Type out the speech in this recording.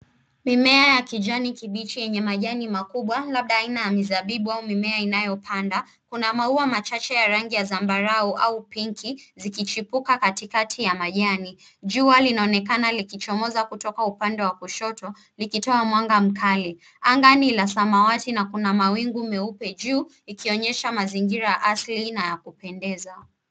Mimea ya kijani kibichi yenye majani makubwa, mlaga una zabibu za mimea inayopanda. Kuna maua machache ya rangi ya zambarau au pinki yakiwa yachipuka katikati ya majani. Juu kuna mwangaza unaoonekana kutoka upande wa kushoto, ukitua mwanga mzuri. Angani ni samawati na kuna mawingu meupe, ikionyesha mazingira tulivu na ya kupendeza